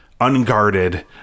unguarded